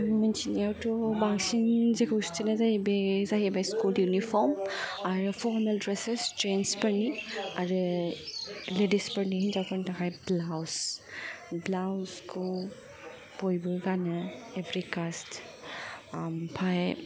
आंनि मिन्थिनायावथ' बांसिन जेखौ सुथेनाया जायो बे जाहैबाय स्कुल युनिफर्म आरो फर्माल ड्रेसस्सेस जेन्टसफोरनि आरो लेडिसफोरनि हिनजावफोरनि थाखाय ब्लाउस ब्लाउसखौ बयबो गानो एव्रि कास्ट ओमफ्राय